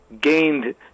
gained